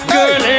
Girl